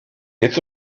est